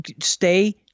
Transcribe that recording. stay